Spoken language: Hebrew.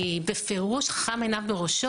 היא בפירוש "החכם עיניו בראשו",